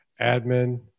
admin